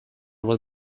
was